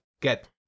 get